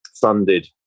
funded